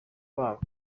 wabo